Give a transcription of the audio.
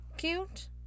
Cute